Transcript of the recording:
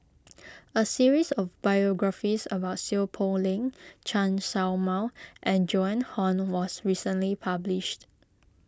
a series of biographies about Seow Poh Leng Chen Show Mao and Joan Hon was recently published